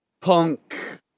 punk